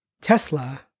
Tesla